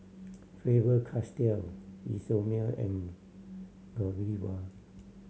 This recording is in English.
Faber Castell Isomil and Godiva